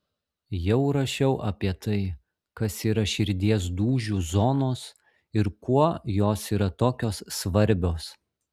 jau rašiau apie tai kas yra širdies dūžių zonos ir kuo jos yra tokios svarbios